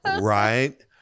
Right